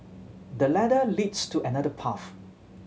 the ladder leads to another path